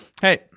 Hey